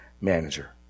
manager